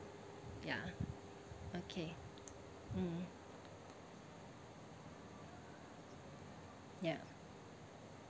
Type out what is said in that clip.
ya okay mm yup